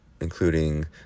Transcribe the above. including